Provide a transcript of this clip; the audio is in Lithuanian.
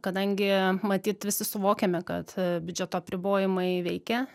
kadangi matyt visi suvokiame kad biudžeto apribojimai veikia